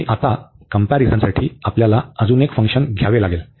आणि आता कंपॅरिझनसाठी आपल्याला अजून एक फंक्शन घ्यावे लागेल